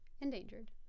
endangered